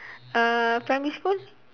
uh primary school